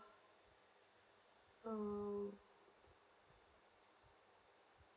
mm